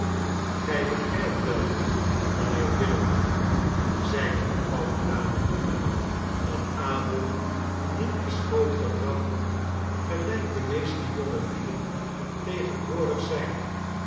gij begrijpt wel mijnheer witherden zeide de oude dame nu dat abel niet is groot gebracht gelijk de meeste jonge lieden tegenwoordig zijn